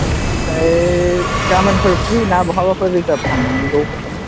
अ ओमफ्राय गाबोन फ्रि ना बहाबाफोर रिजार्भ थांनो गोनां दङ